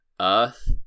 Earth